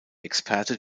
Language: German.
experte